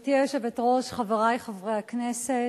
גברתי היושבת-ראש, חברי חברי הכנסת,